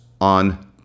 on